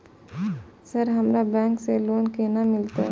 Sir हमरा bank से loan केना मिलते?